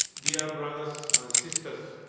dear brothers and sisters.